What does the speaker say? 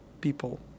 people